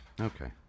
Okay